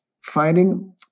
finding